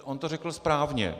On to řekl správně.